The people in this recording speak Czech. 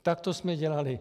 Takto jsme dělali.